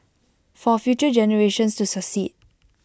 for future generations to succeed